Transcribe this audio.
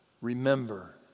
Remember